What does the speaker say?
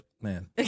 man